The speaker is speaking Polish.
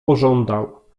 pożądał